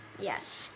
Yes